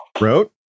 wrote